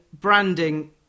branding